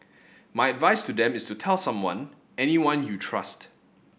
my advice to them is to tell someone anyone you trust